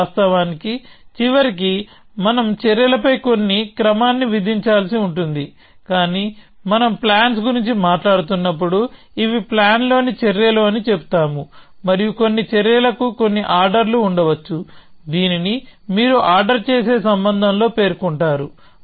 వాస్తవానికి చివరికి మనం చర్యలపై కొన్ని క్రమాన్ని విధించాల్సి ఉంటుంది కానీ మనం ప్లాన్స్ గురించి మాట్లాడుతున్నప్పుడు ఇవి ప్లాన్ లోని చర్యలు అని చెబుతాము మరియు కొన్ని చర్యలకు కొన్ని ఆర్డర్లు ఉండవచ్చు దీనిని మీరు ఆర్డర్ చేసే సంబంధంలో పేర్కొంటారు